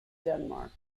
denmark